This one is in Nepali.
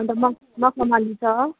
अन्त मख् मखमली छ